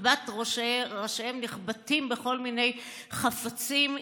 ראשיהם נחבטים בכל מיני חפצים,